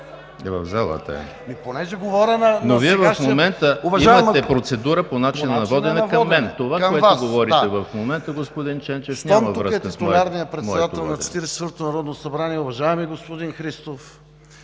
Вие в момента имате процедура по начина на водене към мен. Това, което говорите в момента, господин Ченчев, няма връзка с моето водене.